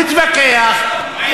נתווכח,